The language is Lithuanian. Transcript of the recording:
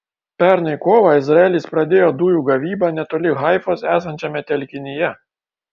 pernai kovą izraelis pradėjo dujų gavybą netoli haifos esančiame telkinyje